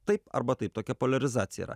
taip arba taip tokia poliarizacija yra